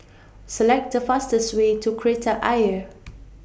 Select The fastest Way to Kreta Ayer